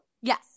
Yes